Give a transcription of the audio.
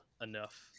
enough